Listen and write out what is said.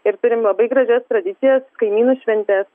ir turim labai gražias tradicijas kaimynų šventes